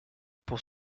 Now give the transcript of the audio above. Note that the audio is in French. pour